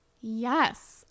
Yes